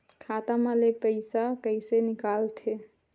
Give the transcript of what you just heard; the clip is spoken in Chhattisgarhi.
खाता मा ले पईसा कइसे निकल थे?